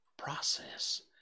process